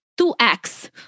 2x